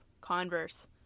converse